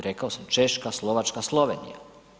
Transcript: Rekao sam Češka, Slovačka, Slovenija.